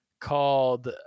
called